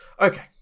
okay